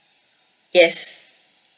yes